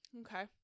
Okay